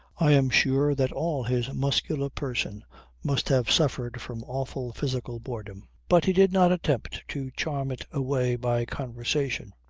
i am sure that all his muscular person must have suffered from awful physical boredom but he did not attempt to charm it away by conversation.